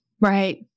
Right